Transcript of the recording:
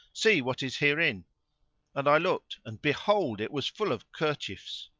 see what is herein and i looked and behold, it was full of kerchiefs.